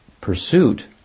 pursuit